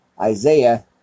Isaiah